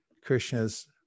Krishna's